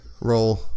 roll